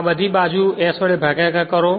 આ બધી બાજુ s વડે ભાગાકાર કરો